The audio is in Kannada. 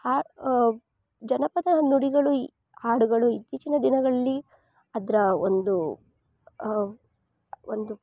ಹಾಡು ಜನಪದ ನುಡಿಗಳು ಈ ಹಾಡುಗಳು ಇತ್ತೀಚಿನ ದಿನಗಳಲ್ಲಿ ಅದರ ಒಂದು ಒಂದು